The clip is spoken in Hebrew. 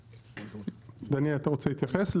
דני, אתה רוצה להתייחס?